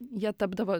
jie tapdavo